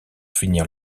finir